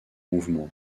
mouvement